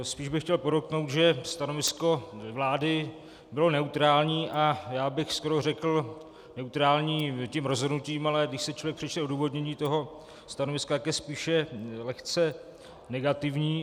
Spíš bych chtěl podotknout, že stanovisko vlády bylo neutrální, a já bych skoro řekl neutrální tím rozhodnutím, ale když si člověk přečte odůvodnění toho stanoviska, tak je spíše lehce negativní.